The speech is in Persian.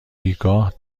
بیگاه